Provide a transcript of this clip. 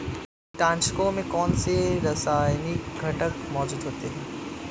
कीटनाशकों में कौनसे रासायनिक घटक मौजूद होते हैं?